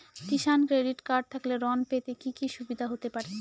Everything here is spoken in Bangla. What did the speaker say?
কিষান ক্রেডিট কার্ড থাকলে ঋণ পেতে কি কি সুবিধা হতে পারে?